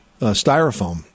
styrofoam